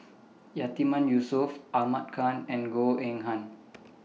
Yatiman Yusof Ahmad Khan and Goh Eng Han